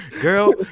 Girl